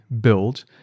build